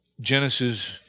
Genesis